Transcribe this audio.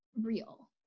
real